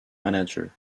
manager